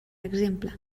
exemple